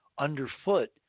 underfoot